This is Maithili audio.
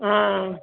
ओ